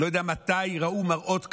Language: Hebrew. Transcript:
אני לא יודע מתי ראו מראות כאלה.